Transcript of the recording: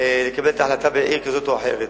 לקבל את ההחלטה בעיר כזאת או אחרת.